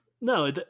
No